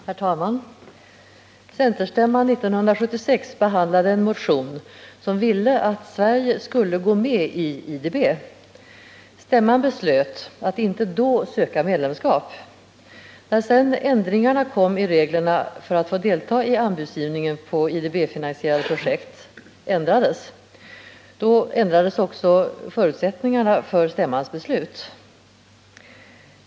Herr talman! Centerstämman 1976 behandlade en motion som ville att Sverige skulle gå med i IDB. Stämman beslöt föreslå att Sverige inte då skulle söka medlemskap. När sedan ändringarna kom i reglerna för att få delta i anbudsgivningen på IDB-finansierade projekt, så ändrades också förutsättningarna för stämmans beslut.